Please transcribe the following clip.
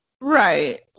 right